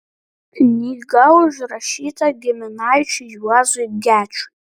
knyga užrašyta giminaičiui juozui gečiui